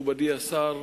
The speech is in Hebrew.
מכובדי השר,